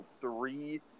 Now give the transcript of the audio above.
three